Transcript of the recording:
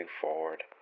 forward